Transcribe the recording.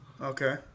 Okay